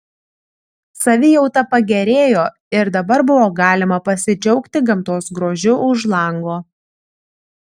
savijauta pagerėjo ir dabar buvo galima pasidžiaugti gamtos grožiu už lango